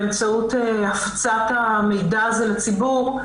באמצעות הפצת המידע הזה לציבור,